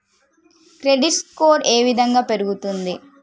Credit score ఏ విధంగా పెరుగుతుంది?